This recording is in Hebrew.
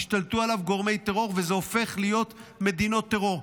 השתלטו עליו גורמי טרור וזה הופך להיות מדינות טרור.